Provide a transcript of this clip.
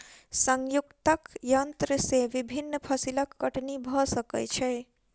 संयुक्तक यन्त्र से विभिन्न फसिलक कटनी भ सकै छै